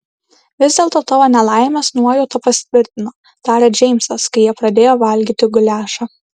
vis dėlto tavo nelaimės nuojauta pasitvirtino tarė džeimsas kai jie pradėjo valgyti guliašą